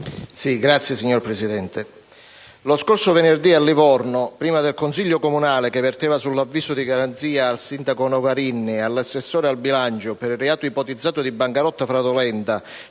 *(Misto)*. Signora Presidente, lo scorso venerdì, a Livorno, prima del Consiglio comunale che verteva sull'avviso di garanzia al sindaco Nogarin e all'assessore al bilancio per il reato ipotizzato di bancarotta fraudolenta